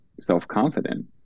self-confident